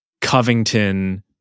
Covington